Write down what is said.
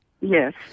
Yes